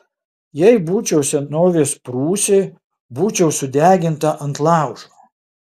jei būčiau senovės prūsė būčiau sudeginta ant laužo